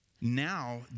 now